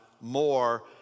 more